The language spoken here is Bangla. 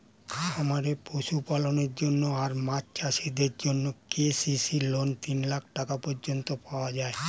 খামারে পশুপালনের জন্য আর মাছ চাষিদের জন্যে কে.সি.সি লোন তিন লাখ টাকা পর্যন্ত পাওয়া যায়